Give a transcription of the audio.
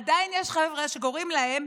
עדיין יש חבר'ה שקוראים להם